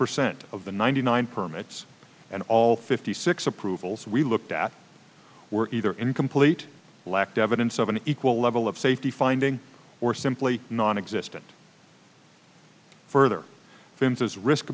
percent of the ninety nine permits and all fifty six approvals we looked at were either incomplete lacked evidence of an equal level of safety finding or simply non existent further offenses risk